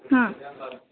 हा